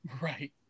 Right